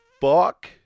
fuck